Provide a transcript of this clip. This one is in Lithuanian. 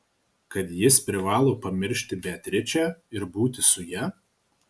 kad jis privalo pamiršti beatričę ir būti su ja